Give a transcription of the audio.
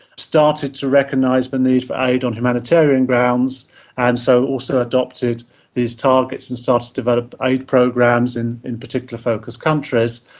started to recognise the need for aid on humanitarian grounds and so also adopted these targets and started to develop aid programs in in particular focus countries.